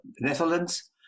Netherlands